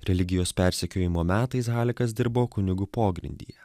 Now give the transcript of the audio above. religijos persekiojimo metais halikas dirbo kunigu pogrindyje